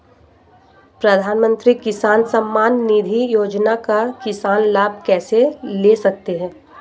प्रधानमंत्री किसान सम्मान निधि योजना का किसान लाभ कैसे ले सकते हैं?